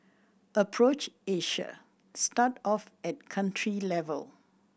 approach Asia start off at country level